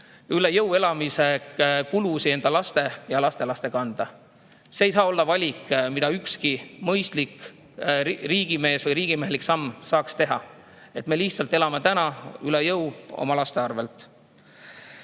üle jõu elamise kulusid enda laste ja lastelaste kanda. See ei saa olla valik, mida ükski mõistlik riigimees saaks teha, et me lihtsalt elame täna üle jõu oma laste arvelt.